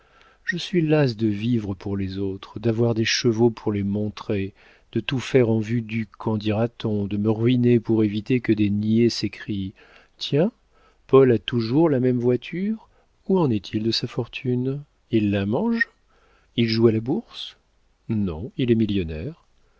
je suis las de vivre pour les autres d'avoir des chevaux pour les montrer de tout faire en vue du qu'en dira-t-on de me ruiner pour éviter que des niais s'écrient tiens paul a toujours la même voiture où en est-il de sa fortune il la mange il joue à la bourse non il est millionnaire